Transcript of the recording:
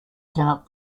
cannot